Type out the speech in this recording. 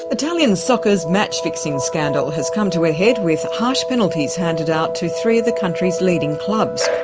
italians soccer's match-fixing scandal has come to a head with harsh penalties handed out to three of the country's leading clubs.